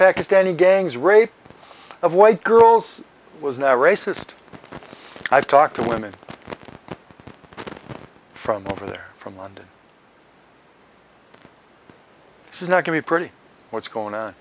pakistani gangs rape of white girls was not racist i've talked to women from over there from london this is not to be pretty what's going on